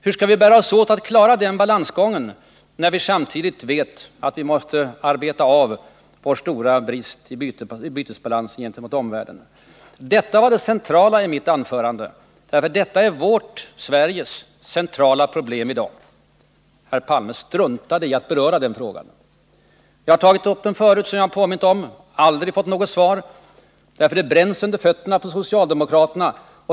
Hur skall vi bära oss åt för att klara den balansgången, när vi samtidigt vet att vi måste arbeta av vår stora brist i bytesbalansen gentemot omvärlden? Detta var det centrala i mitt anförande, och detta är vårt — Sveriges — centrala problem i dag. Olof Palme struntade i att beröra den frågan. Jag har tagit upp den förut, som jag har påmint om, men aldrig fått något svar — därför att det bränns under fötterna på socialdemokraterna.